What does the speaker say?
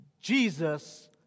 Jesus